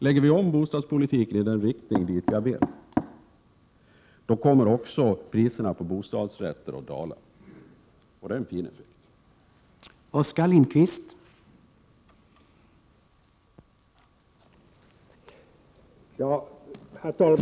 Lägger vi om bostadspolitiken i den riktning dit jag vill, då kommer också priserna på bostadsrätter att dala, och det är en fin effekt.